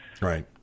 right